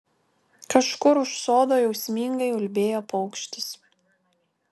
kažkur už sodo jausmingai ulbėjo paukštis